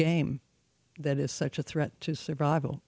game that is such a threat to survival